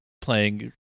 playing